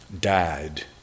died